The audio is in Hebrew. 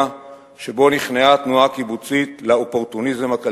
שבו נכנעה התנועה הקיבוצית לאופורטוניזם הכלכלי,